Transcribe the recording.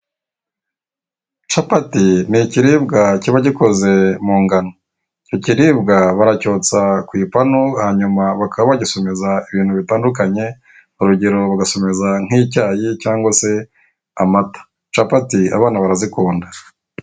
Capati ni ikiribwa kiba gikoze mu ngano, icyo ikiribwa baracyotsa ku ipanu hanyuma bakaba bagisomeza ibintu bitandukanye, urugero basomeza nk'icyayi cyangwa se amata. Capati abana barazikunda.